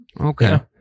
Okay